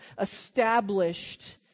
established